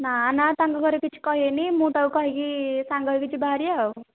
ନା ନା ତାଙ୍କ ଘରେ କିଛି କହିବେନି ମୁଁ ତାକୁ କହିକି ସାଙ୍ଗ ହେଇକି ଯିବା ହାରି ଆଉ